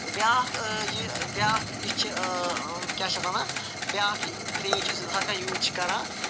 بیاکھ یہ بیاکھ یہِ چھِ کیاہ چھِ اتھ ونان بیاکھ یہِ پھریز چھِ یُس ہر کانٛہہ یوٗز چھِ کَران